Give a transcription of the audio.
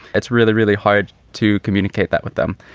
it's really, really hard to communicate that with them.